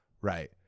Right